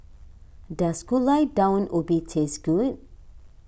does Gulai Daun Ubi taste good